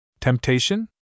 Temptation